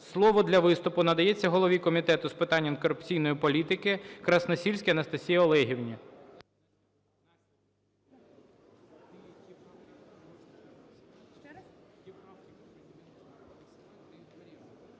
Слово для виступу надається голові Комітету з питань антикорупційної політики Красносільській Анастасії Олегівні.